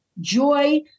joy